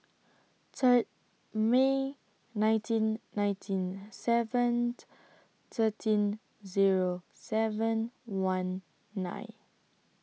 Third May nineteen ninety seven thirteen Zero seven one nine